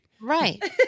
Right